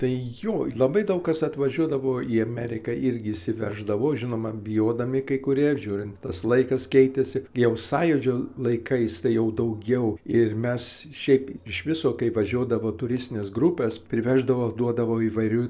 tai jo labai daug kas atvažiuodavo į ameriką irgi išsivešdavo žinoma bijodami kai kurie žiūrint tas laikas keitėsi jau sąjūdžio laikais tai jau daugiau ir mes šiaip iš viso kai važiuodavo turistinės grupės priveždavo duodavo įvairių